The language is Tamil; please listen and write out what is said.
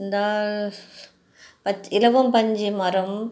இந்தா பச் இலவம்பஞ்சு மரம்